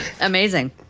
Amazing